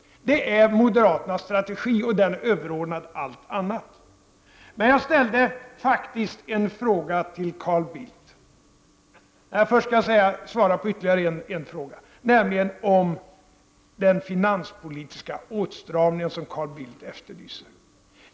Det är moderaternas strategi, och den är överordnad allt annat. Så vill jag svara på ytterligare en fråga, nämligen om den finanspolitiska åtstramning som Carl Bildt efterlyser.